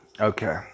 Okay